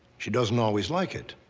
she doesn't always like it.